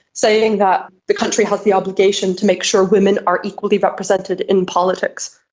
saying that the country has the obligation to make sure women are equally represented in politics.